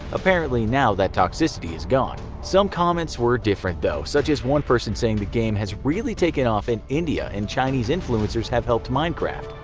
apparently now that toxicity is gone. some comments were different, though, such as one person saying the game has really taken off in india and chinese influencers have helped minecraft.